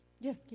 Yes